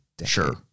sure